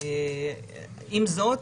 עם זאת,